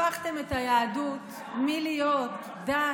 אתם הפכתם את היהדות מלהיות דת